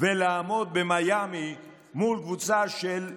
לעמוד במיאמי מול קבוצה של יהודים,